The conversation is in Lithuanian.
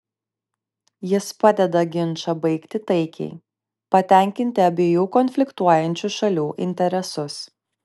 jis padeda ginčą baigti taikiai patenkinti abiejų konfliktuojančių šalių interesus